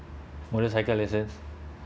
motorcycle license